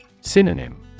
Synonym